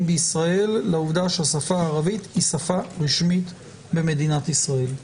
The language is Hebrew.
בישראל לעובדה שהשפה הערבית היא שפה רשמית במדינת ישראל.